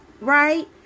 right